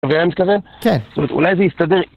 אתה מבין מה אני מתכוון? כן. זאת אומרת, אולי זה יסתדר